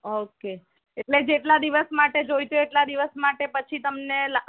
okay એટલે જેટલા દિવસ માટે જોઈતી હોય એટલા દિવસ માટે પછી તમને